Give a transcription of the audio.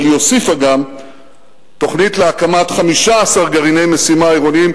אבל היא הוסיפה גם תוכנית להקמת 15 גרעיני משימה עירוניים,